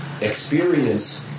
experience